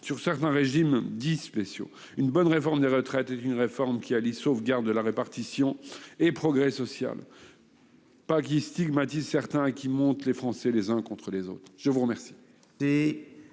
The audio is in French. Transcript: sur certains régimes dits spéciaux. Une bonne réforme des retraites est une réforme qui allie sauvegarde de la répartition et progrès social, pas une réforme qui stigmatise certains et monte les Français les uns contre les autres. Les amendements